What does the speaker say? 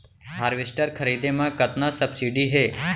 Harvester खरीदे म कतना सब्सिडी हे?